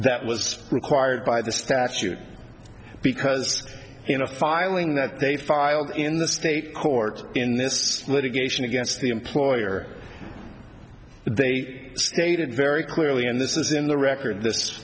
that was required by the statute because in a filing that they filed in the state court in this litigation against the employer they stated very clearly and this is in the record this